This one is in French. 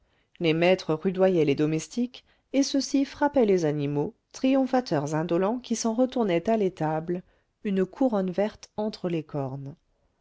les maîtres rudoyaient les domestiques et ceux-ci frappaient les animaux triomphateurs indolents qui s'en retournaient à l'étable une couronne verte entre les cornes